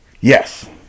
Yes